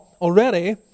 already